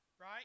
right